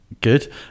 Good